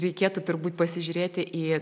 reikėtų turbūt pasižiūrėti į